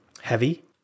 heavy